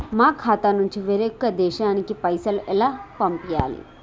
మా ఖాతా నుంచి వేరొక దేశానికి పైసలు ఎలా పంపియ్యాలి?